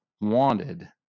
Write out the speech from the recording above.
wanted